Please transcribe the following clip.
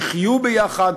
יחיו ביחד,